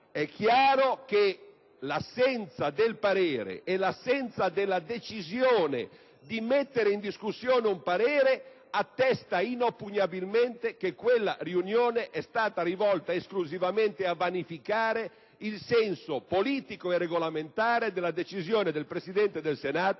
È chiaro che l'assenza del parere e l'assenza della decisione di mettere in discussione un parere attestano inoppugnabilmente che quella riunione è stata rivolta esclusivamente a vanificare il senso politico e regolamentare della decisione del Presidente del Senato